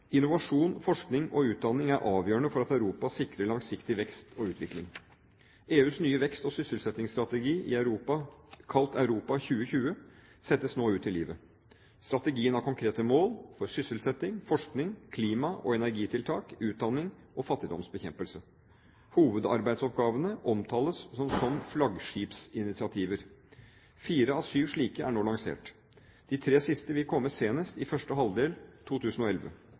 Innovasjon, forskning og utdanning er avgjørende for at Europa sikrer langsiktig vekst og utvikling. EUs nye vekst- og sysselsettingsstrategi, kalt Europa 2020, settes nå ut i livet. Strategien har konkrete mål for sysselsetting, forskning, klima- og energitiltak, utdanning og fattigdomsbekjempelse. Hovedarbeidsoppgavene omtales som flaggskipsinitiativer. Fire av syv slike er nå lansert. De tre siste vil komme senest i første halvdel 2011.